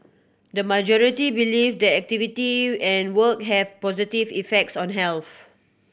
the majority believe that activity and work have positive effects on health